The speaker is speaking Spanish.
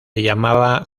llamaba